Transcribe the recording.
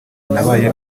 nabaye